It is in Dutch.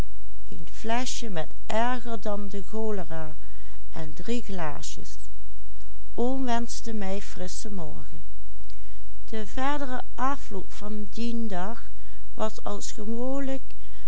de cholera en drie glaasjes oom wenschte mij frisschen morgen de verdere afloop van dien dag was als gewoonlijk